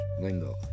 lingo